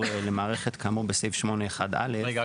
למערכת כאמור בסעיף 8" --- רגע,